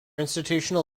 institutional